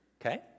Okay